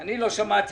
אני לא שמעתי.